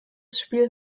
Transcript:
spiel